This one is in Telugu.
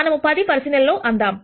మనం 10 పరిశీలనలు అందాం